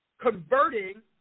converting